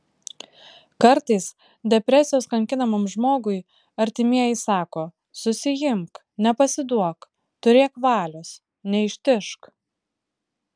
kartais depresijos kankinamam žmogui artimieji sako susiimk nepasiduok turėk valios neištižk